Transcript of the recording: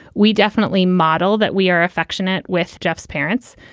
we definitely model that we are affectionate with jeff's parents,